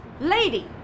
Lady